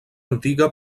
antiga